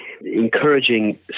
encouraging